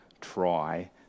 try